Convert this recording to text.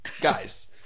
guys